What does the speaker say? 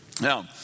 now